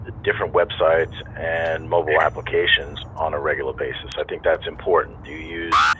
different websites and mobile applications on a regular basis. i think that's important. do you use